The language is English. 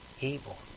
evil